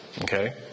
Okay